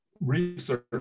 research